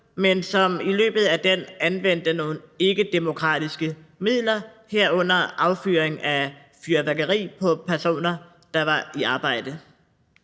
som i løbet af demonstrationen anvendte nogle ikkedemokratiske midler, herunder affyring af fyrværkeri mod personer, der var i arbejde.